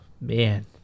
man